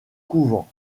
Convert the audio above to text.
couvent